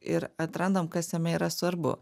ir atrandam kas jame yra svarbu